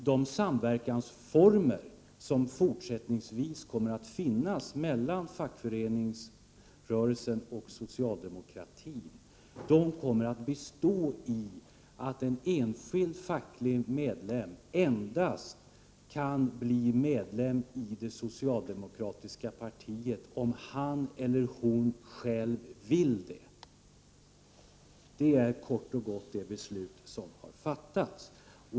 De samverkansformer som fortsättningsvis kommer att finnas mellan fackföreningsrörelsen och socialdemokratin kommer att bestå i att en enskild facklig medlem kan bli medlem i det socialdemokratiska partiet endast om han eller hon själv vill det. Det är kort och gott det beslut som har fattats.